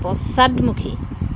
পশ্চাদমুখী